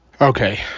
Okay